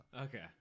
Okay